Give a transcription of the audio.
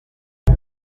aho